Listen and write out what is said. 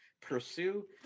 pursue